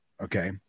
Okay